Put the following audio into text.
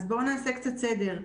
אז בואו נעשה קצת סדר.